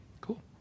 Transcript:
Cool